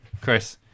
Chris